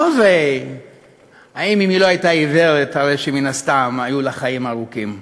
לא שאם היא לא הייתה עיוורת הרי שמן הסתם היו לה חיים ארוכים,